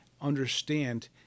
understand